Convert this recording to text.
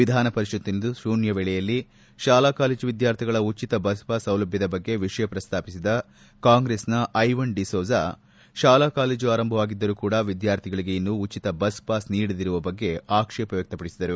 ವಿಧಾನಪರಿಷತ್ತಿನಲ್ಲಿಂದು ಶೂನ್ಣವೇಳೆಯಲ್ಲಿ ಶಾಲಾ ಕಾಲೇಜು ವಿದ್ದಾರ್ಥಿಗಳ ಉಚತ ಬಸ್ಪಾಸ್ ಸೌಲಭ್ಯದ ಬಗ್ಗೆ ವಿಷಯ ಪ್ರಸ್ತಾಪಿಸಿದ ಕಾಂಗ್ರೆಸ್ಲನ ಐವಾನ್ ಡಿಸೋಜ ಶಾಲಾ ಕಾಲೇಜು ಆರಂಭವಾಗಿದ್ದರೂ ಕೂಡ ವಿದ್ಯಾರ್ಥಿಗಳಿಗೆ ಇನ್ನು ಉಚಿತ ಬಸ್ಪಾಸ್ ನೀಡದಿರುವ ಬಗ್ಗೆ ಆಕ್ಷೇಪ ವ್ಯಕ್ತ ಪಡಿಸಿದರು